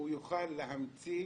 להמציא